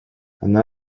она